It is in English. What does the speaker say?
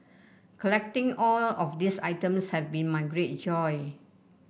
collecting all of these items have been my great joy